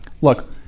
Look